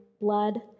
blood